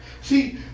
See